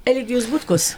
eligijus butkus